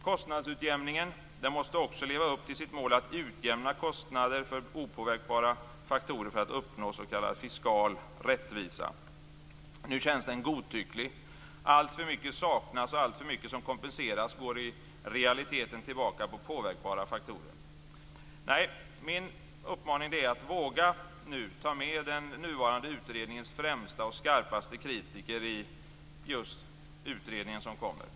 Kostnadsutjämningen måste också leva upp till sitt mål att utjämna kostnader för opåverkbara faktorer för att uppnå s.k. fiskal rättvisa. Nu känns den godtycklig. Allt för mycket saknas, och allt för mycket som kompenseras går i realiteten tillbaka på påverkbara faktorer. Nej, min uppmaning är: Våga ta med den nuvarande utredningens främsta och skarpaste kritiker i utredningen som kommer.